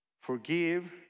Forgive